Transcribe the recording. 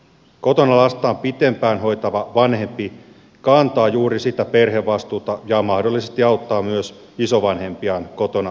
kotona lastaan pitempään hoitava vanhempi kantaa juuri sitä perhevastuuta ja mahdollisesti auttaa myös isovanhempiaan kotona selviämisessä